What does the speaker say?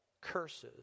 curses